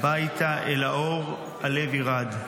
הביתה אל האור / הלב ירעד,